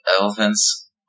elephants